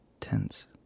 tense